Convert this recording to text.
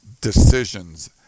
decisions